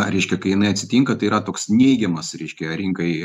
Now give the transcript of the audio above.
ką reiškia kai jinai atsitinka tai yra toks neigiamas reiškia rinkai